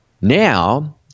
Now